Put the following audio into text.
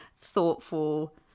thoughtful